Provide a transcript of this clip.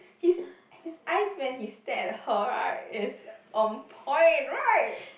his his eyes when he stare at her right it's on point right